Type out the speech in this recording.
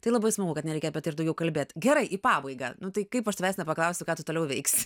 tai labai smagu kad nereikia apie tai ir daugiau kalbėt gerai į pabaigą nu tai kaip aš tavęs nepaklausiu ką tu toliau veiksi